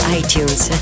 iTunes